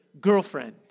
girlfriend